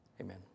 Amen